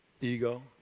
ego